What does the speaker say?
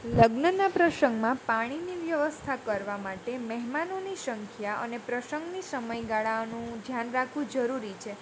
લગ્નના પ્રસંગમાં પાણીની વ્યવસ્થા કરવા માટે મહેમાનોની સંખ્યા અને પ્રસંગના સમયગાળાનું ધ્યાન રાખવું જરૂરી છે